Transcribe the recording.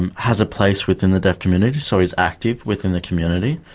and has a place within the deaf community, so is active within the community.